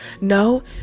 no